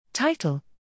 Title